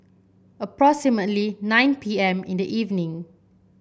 approximately nine P M in the evening